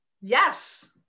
Yes